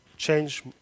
change